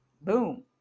Boom